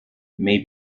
may